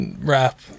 rap